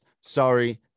Sorry